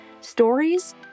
Stories